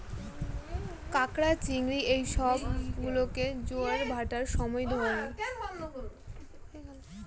ক্যাঁকড়া, চিংড়ি এই সব গুলোকে জোয়ারের ভাঁটার সময় ধরে